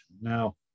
Now